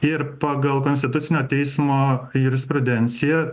ir pagal konstitucinio teismo jurisprudenciją